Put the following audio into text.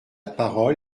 parole